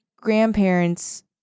grandparents